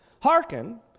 Hearken